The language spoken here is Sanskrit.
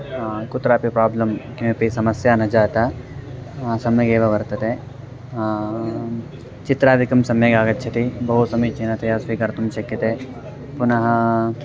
कुत्रापि प्राब्लं किमपि समस्या न जाता सम्यगेव वर्तते चित्रादिकं सम्यक् आगच्छति बहु समीचीनतया स्वीकर्तुं शक्यते पुनः